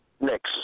Next